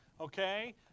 okay